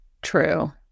True